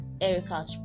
Erica